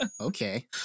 Okay